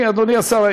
אדוני השר,